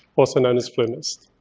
also known as flu mist.